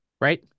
Right